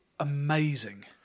amazing